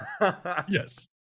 Yes